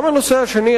גם הנושא השני,